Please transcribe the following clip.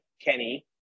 Kenny